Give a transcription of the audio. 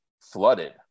flooded